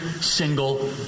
single